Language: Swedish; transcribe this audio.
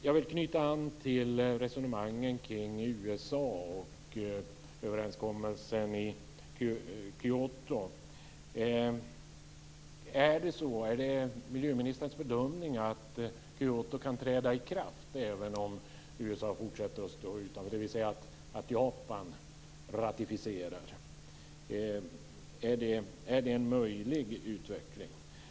Jag vill knyta an till resonemangen kring USA och överenskommelsen i Kyoto. Är det miljöministerns bedömning att Kyotoprotokollet kan träda i kraft även om USA fortsätter att stå utanför, dvs. att Japan ratificerar? Är det en möjlig utveckling?